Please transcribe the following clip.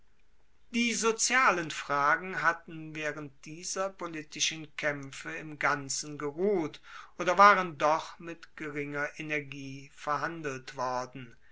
die sozialen fragen hatten waehrend dieser politischen kaempfe im ganzen geruht oder waren doch mit geringer energie verhandelt worden